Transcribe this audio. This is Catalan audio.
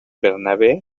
bernabé